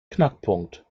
knackpunkt